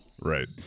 Right